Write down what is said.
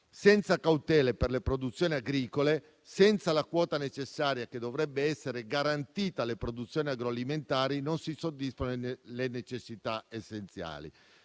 senza cautele per le produzioni agricole, senza la quota necessaria che dovrebbe essere garantita alle produzioni agroalimentari, non si soddisfano le necessità essenziali.